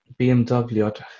BMW